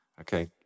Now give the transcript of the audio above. Okay